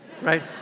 Right